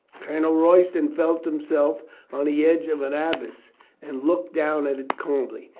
colonel roy ston felt himself on the edge of an abyss and looked down at it calmly.